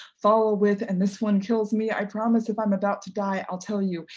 follow with, and this one kills me, i promise if i'm about to die, i'll tell you.